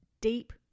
deep